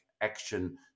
action